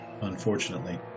Unfortunately